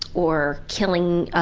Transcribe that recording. or killing ah,